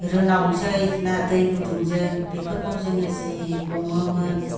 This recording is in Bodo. रोनावसै ना दै गुदुंजों बेफोरखौ जोङो जि हमोमोन